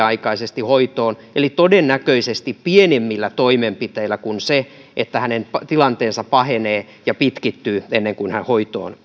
aikaisesti hoitoon ja todennäköisesti pienemmillä toimenpiteillä kuin silloin jos hänen tilanteensa pahenee ja pitkittyy ennen kuin hän hoitoon